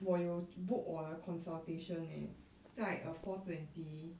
我有 book 我的 consultation eh 在 err four twenty